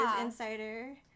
Insider